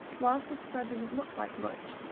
whilst this spread doesn't look like much,